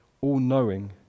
all-knowing